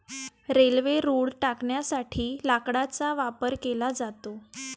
railway रुळ टाकण्यासाठी लाकडाचा वापर केला जातो